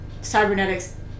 cybernetics